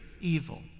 evil